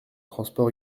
transport